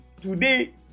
today